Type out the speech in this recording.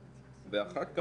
יוליה, אחרונת הדוברים, בבקשה.